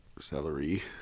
celery